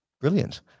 Brilliant